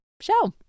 show